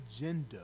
agenda